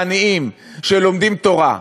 לעניים שלומדים תורה.